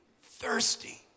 thirsty